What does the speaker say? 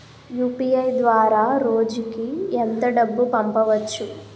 UPI ద్వారా రోజుకి ఎంత డబ్బు పంపవచ్చు?